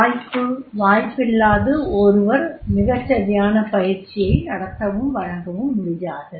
வாய்ப்பு வாய்ப்பில்லாது ஒருவர் மிகச்சரியான பயிற்சியை நடத்தவும் வழங்கவும் முடியாது